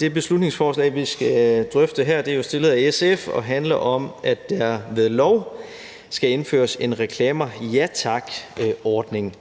Det beslutningsforslag, vi skal drøfte her, er fremsat af SF, og det handler om, at der ved lov skal indføres en Reklamer Ja Tak-ordning.